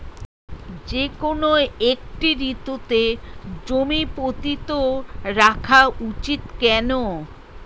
যেকোনো একটি ঋতুতে জমি পতিত রাখা উচিৎ কেন?